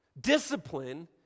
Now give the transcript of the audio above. discipline